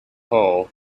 hull